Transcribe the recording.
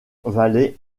valley